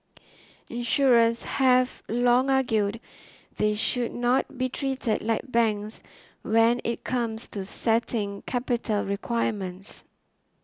insurers have long argued they should not be treated like banks when it comes to setting capital requirements